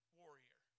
warrior